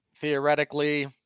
theoretically